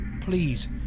Please